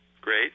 Great